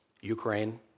Ukraine